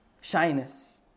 shyness